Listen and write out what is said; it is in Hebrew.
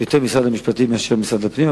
יותר משרד המשפטים מאשר משרד הפנים,